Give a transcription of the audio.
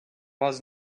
was